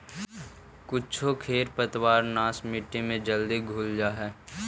कुछो खेर पतवारनाश मट्टी में जल्दी घुल जा हई